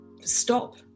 stop